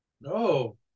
No